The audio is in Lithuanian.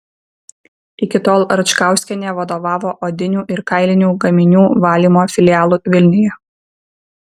iki tol račkauskienė vadovavo odinių ir kailinių gaminių valymo filialui vilniuje